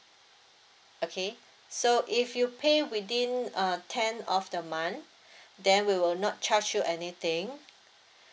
okay so if you pay within uh tenth of the month then we will not charge you anything